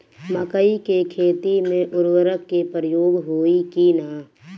मकई के खेती में उर्वरक के प्रयोग होई की ना?